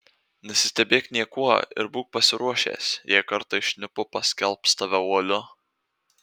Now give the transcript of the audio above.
nesistebėk niekuo ir būk pasiruošęs jei kartais šnipu paskelbs tave uoliu